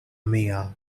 mia